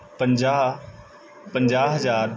ਪੰਜਾਹ ਪੰਜਾਹ ਹਜ਼ਾਰ